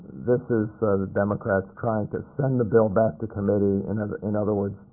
this is the democrats trying to send a bill back to committee in other in other words,